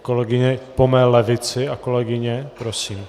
Kolegyně po mé levici... kolegyně, prosím.